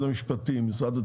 משרד המשפטים,